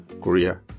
Korea